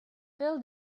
fill